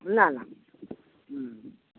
ନା ନା ହୁଁ